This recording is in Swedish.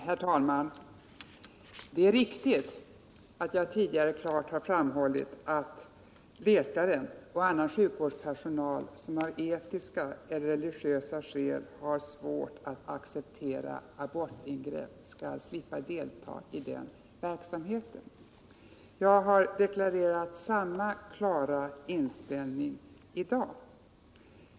Herr talman! Det är riktigt att jag tidigare klart har framhållit att läkare och annan sjukvårdspersonal, som av etiska eller religiösa skäl har svårt att acceptera abortingrepp, skall slippa delta i den verksamheten. Jag har deklarerat samma klara inställning i dag.